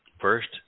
First